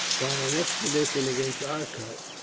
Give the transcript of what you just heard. by an expedition against arcot,